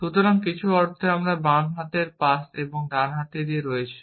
সুতরাং কিছু অর্থে আমাদের বাম হাতের পাশ এবং ডান দিকে রয়েছে